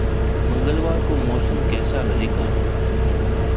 मंगलवार को मौसम कैसा रहेगा